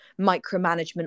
micromanagement